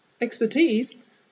expertise